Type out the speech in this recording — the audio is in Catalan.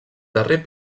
darrer